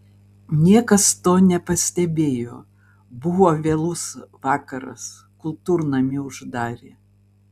niekas to nepastebėjo buvo vėlus vakaras kultūrnamį uždarė